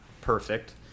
perfect